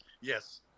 Yes